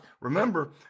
remember